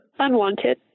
Unwanted